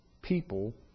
people